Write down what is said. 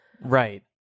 Right